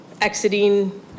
exiting